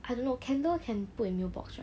I don't know candle can put in mailbox right